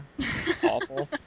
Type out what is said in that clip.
awful